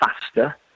faster